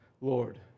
Lord